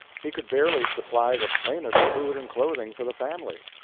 he could barely supply the plainest food and clothing for the family.